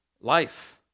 life